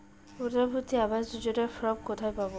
প্রধান মন্ত্রী আবাস যোজনার ফর্ম কোথায় পাব?